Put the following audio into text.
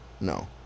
No